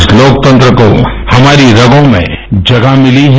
इस लोकतंत्र को हमारी रगों में जगह मिली है